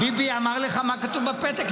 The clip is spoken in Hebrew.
ביבי אמר לך מה כתוב בפתק?